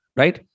right